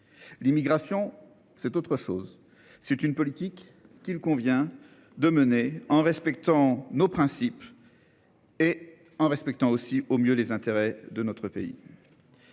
L'immigration c'est autre chose, c'est une politique qu'il convient de mener en respectant nos principes. Et. Et en respectant aussi au mieux les intérêts de notre pays.